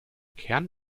kern